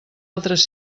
altres